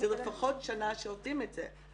זה לפחות שנה שעובדים על זה.